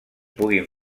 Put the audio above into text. puguin